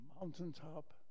mountaintop